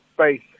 space